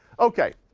okay,